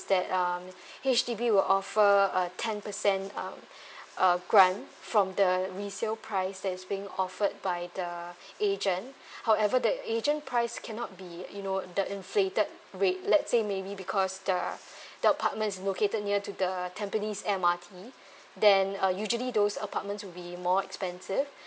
that um H_D_B will offer a ten percent um uh grant from the the resale price that is being offered by the agent however the agent price cannot be you know the inflated rate let's say maybe because the the apartment is located near to the tampines M_R_T then uh usually those apartments would be more expensive